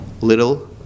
little